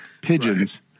pigeons